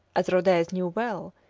as rhodez knew well,